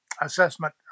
assessment